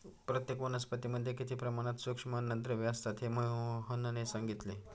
प्रत्येक वनस्पतीमध्ये किती प्रमाणात सूक्ष्म अन्नद्रव्ये असतात हे मोहनने सांगितले